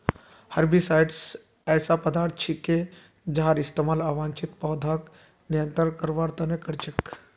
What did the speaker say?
herbicides ऐसा पदार्थ छिके जहार इस्तमाल अवांछित पौधाक नियंत्रित करवार त न कर छेक